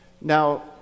Now